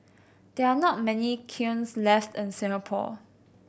there are not many kilns left in Singapore